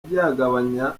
byagabanya